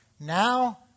Now